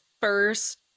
first